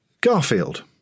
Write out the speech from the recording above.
Garfield